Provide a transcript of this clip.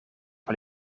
wel